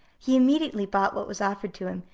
he immediately bought what was offered to him,